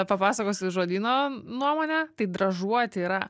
papasakosiu žodyno nuomonę tai dražuoti yra